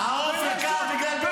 במשך פחות משנה,